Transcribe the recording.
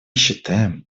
считаем